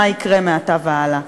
מה יקרה מעתה והלאה.